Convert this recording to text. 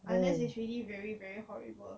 unless it's really very very horrible